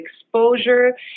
exposure